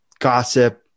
gossip